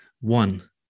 One